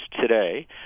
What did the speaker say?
today